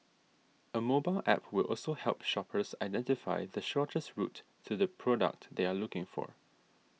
a mobile App will also help shoppers identify the shortest route to the product they are looking for